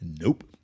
Nope